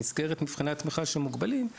במסגרת מבחני התמיכה שמוגבלים,